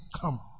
come